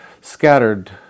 scattered